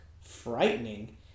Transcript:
frightening